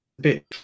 bit